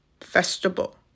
festival